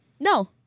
No